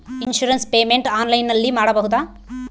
Insurance payment ಆನ್ಲೈನಿನಲ್ಲಿ ಮಾಡಬಹುದಾ?